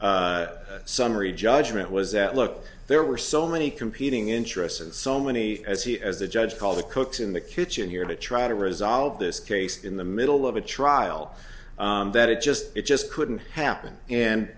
summary judgment was that look there were so many competing interests and so many as he as the judge called the cooks in the kitchen here to try to resolve this case in the middle of a trial that it just it just couldn't happen